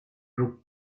rugby